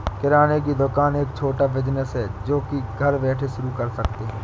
किराने की दुकान एक छोटा बिज़नेस है जो की घर बैठे शुरू कर सकते है